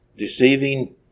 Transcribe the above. deceiving